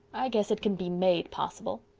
i guess it can be made possible.